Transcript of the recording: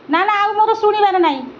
ନା ନା ଆଉ ମୋର ଶୁଣିବାର ନାଇ